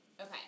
Okay